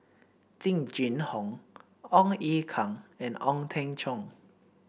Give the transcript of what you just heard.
Jing Jun Hong Ong Ye Kung and Ong Teng Cheong